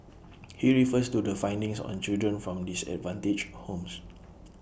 he refers to the findings on children from disadvantaged homes